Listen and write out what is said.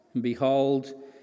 Behold